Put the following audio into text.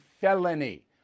felony